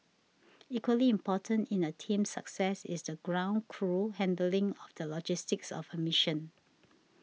equally important in a team's success is the ground crew handling of the logistics of a mission